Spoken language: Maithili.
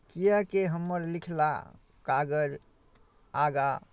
किएकि हमर लिखला कागज आगाँ